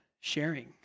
sharing